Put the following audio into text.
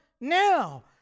now